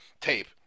tape